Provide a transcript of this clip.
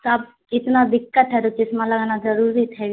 سب اتنا دقت ہے تو چشمہ لگانا ضروری تھے